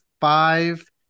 five